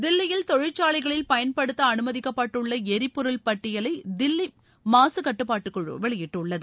தில்லியில் தொழிற்சாலைகளில் பயன்படுத்த அனுமதிக்கப்பட்டுள்ள எரிப்பொருள் பட்டியலை தில்லி மாசுக்கட்டுபாட்டுக்குழு வெளியிட்டுள்ளது